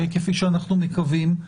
כפי שאנחנו מקווים,